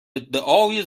ادعای